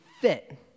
fit